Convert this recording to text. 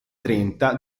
trenta